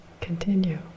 continue